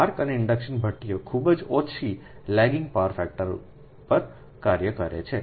arc અને induction ભઠ્ઠીઓ ખૂબ ઓછી લેગિંગ પાવર ફેક્ટર પર કાર્ય કરે છે